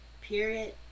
period